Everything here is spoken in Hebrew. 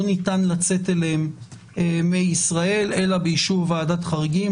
ניתן לצאת אליהן מישראל אלא באישור ועדת חריגים.